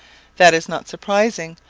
that is not surprising,